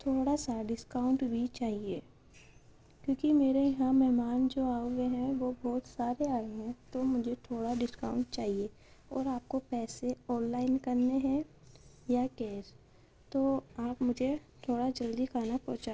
تھوڑا سا ڈسکاؤنٹ بھی چاہیے کیونکہ میرے یہاں مہمان جو ہوئے ہیں وہ بہت سارے آئے ہیں تو مجھے تھوڑا ڈسکاؤنٹ چاہیے اور آپ کو پیسے آن لائن کرنے ہیں یا کیش تو آپ مجھے تھوڑا جلدی کھانا پہنچا